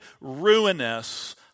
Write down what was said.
ruinous